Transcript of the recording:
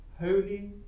holy